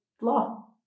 law